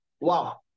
Wow